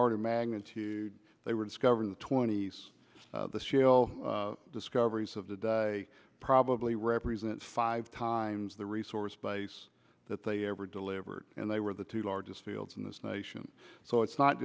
order of magnitude they were discovered in the twenty's the shale discoveries of the day probably represent five times the resource base that they ever delivered and they were the two largest fields in this nation so it's not